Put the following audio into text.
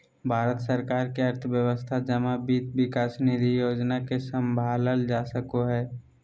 भारत सरकार के अर्थव्यवस्था जमा वित्त विकास निधि योजना से सम्भालल जा सको हय